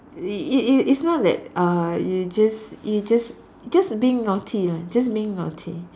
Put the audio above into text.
it it it it's not that uh you just you just just being naughty ah just being naughty